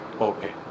Okay